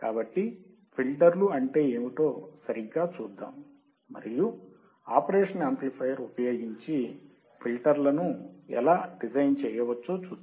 కాబట్టి ఫిల్టర్లు అంటే ఏమిటో సరిగ్గా చూద్దాం మరియు ఆపరేషనల్ యామ్ప్లిఫయర్ ఉపయోగించి ఫిల్టర్లను ఎలా డిజైన్ చేయవచ్చో చూద్దాం